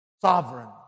sovereign